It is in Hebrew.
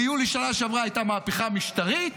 ביולי שנה שעברה הייתה המהפכה המשטרית